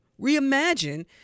reimagine